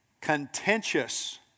Contentious